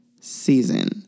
season